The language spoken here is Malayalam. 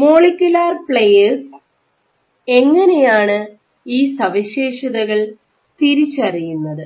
മോളിക്യൂലർ പ്ലയെർസ് എങ്ങനെയാണ് ഈ സവിശേഷതകൾ തിരിച്ചറിയുന്നത്